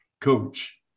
coach